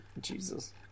Jesus